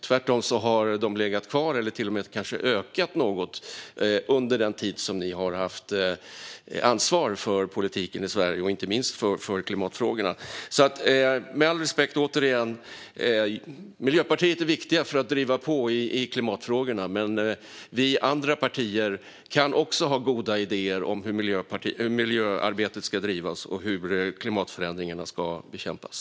Tvärtom har de legat kvar eller till och med kanske ökat något under den tid som ni har haft ansvar för politiken i Sverige och inte minst för klimatfrågorna. Miljöpartiet är viktigt för att driva på i klimatfrågorna, men återigen, med all respekt, vill jag säga att vi andra partier också kan ha goda idéer om hur miljöarbetet ska drivas och hur klimatförändringarna ska bekämpas.